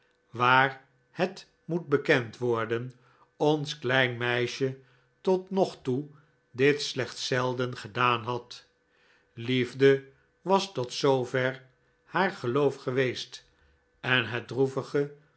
waar het moet bekend worden ons klein meisje tot nog toe dit slechts zelden gedaan had liefde was tot zoover haar geloof geweest en het droevige